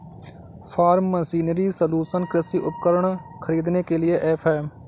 form machinery solution कृषि उपकरण खरीदने के लिए ऐप है